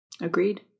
Agreed